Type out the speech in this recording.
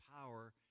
power